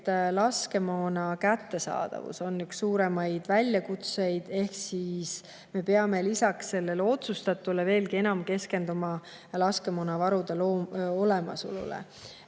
et laskemoona kättesaadavus on üks suuremaid väljakutseid. Me peame lisaks varem otsustatule veelgi enam keskenduma laskemoonavarude olemasolule.